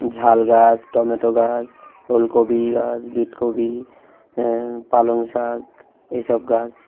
ঝাল গাছ টমেটো গাছ ওল কপি গাছ বিট কপি পালং শাক এই সব গাছ